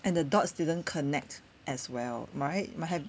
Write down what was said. and the dots didn't connect as well right might have